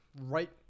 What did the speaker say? right